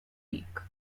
week